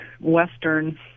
Western